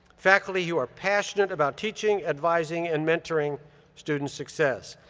faculty who are passionate about teaching, advising, and mentoring students' success.